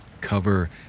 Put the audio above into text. cover